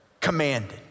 commanded